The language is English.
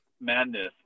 Madness